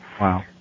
wow